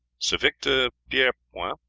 sir victor pierrepoint,